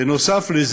בנוסף,